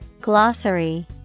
Glossary